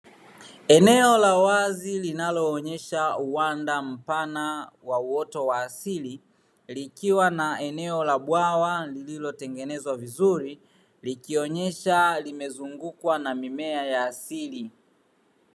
Eneo la wazi linaloonyesha uwanda mpana wa uoto wa asili, likiwa na eneo la bwawa lililotengenezwa vizuri, likionyesha limezungukwa na mimea ya asili.